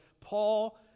Paul